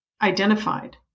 identified